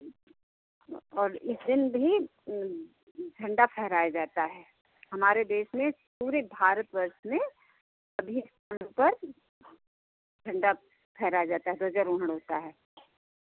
और इस दिन भी झण्डा फहराया जाता है हमारे देश में पूरे भारत वर्ष में सभी पर्व पर झण्डा फहराया जाता है ध्वजारोहण होता है